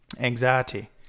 Anxiety